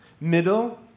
Middle